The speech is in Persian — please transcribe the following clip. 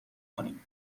کنیم